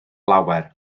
lawer